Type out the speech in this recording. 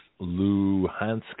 Luhansk